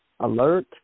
alert